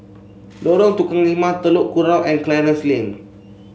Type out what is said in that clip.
Lorong Tukang Lima Telok Kurau and Clarence Lane